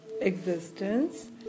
existence